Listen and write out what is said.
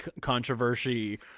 controversy